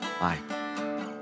Bye